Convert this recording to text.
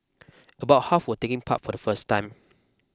about half were taking part for the first time